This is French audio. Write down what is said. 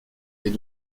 est